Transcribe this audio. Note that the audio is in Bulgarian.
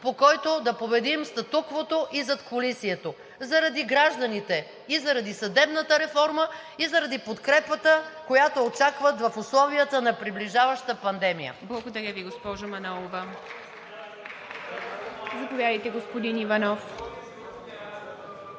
по който да победим статуквото и задкулисието, заради гражданите, заради съдебната реформа и заради подкрепата, която очакват в условията на приближаваща пандемия. ПРЕДСЕДАТЕЛ ИВА МИТЕВА: Благодаря Ви, госпожо Манолова. Заповядайте, господин Иванов.